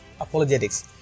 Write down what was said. apologetics